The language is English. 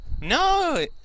No